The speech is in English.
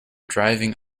driving